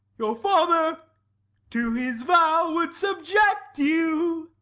your father to his vow would subject you.